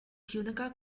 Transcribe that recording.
tunica